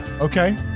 Okay